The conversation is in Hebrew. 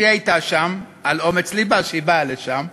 שהייתה שם, על אומץ לבה, שהיא באה לשם.